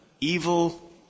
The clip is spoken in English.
evil